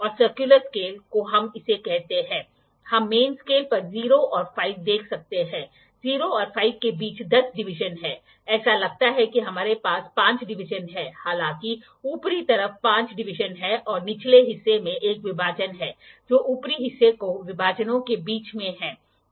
जैसे ही डायल घूमता है वर्नियर डिवीजन पांचवें मिनट से 60 वें मिनट तक शुरू होता है उत्तरोत्तर मुख्य स्केल डिवीजन के साथ मेल खाता है जब तक कि वर्नियर का 0 th डिवीजन मुख्य स्केल डिवीजन पर 2 डिग्री तक नहीं चला जाता